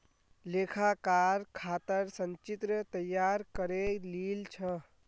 लेखाकार खातर संचित्र तैयार करे लील छ